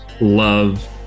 love